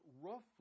roughly